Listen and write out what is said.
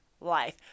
life